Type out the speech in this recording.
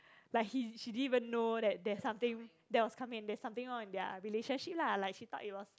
like he she didn't even know that there's something that was coming there's something wrong in their relationship lah like she thought it was